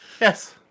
Yes